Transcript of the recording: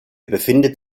befindet